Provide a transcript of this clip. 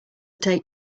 take